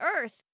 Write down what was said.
earth